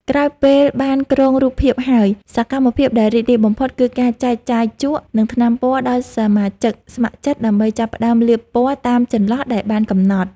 ក្រោយពេលបានគ្រោងរូបភាពហើយ សកម្មភាពដែលរីករាយបំផុតគឺការចែកចាយជក់ និងថ្នាំពណ៌ដល់សមាជិកស្ម័គ្រចិត្តដើម្បីចាប់ផ្ដើមលាបពណ៌តាមចន្លោះដែលបានកំណត់។